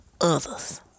others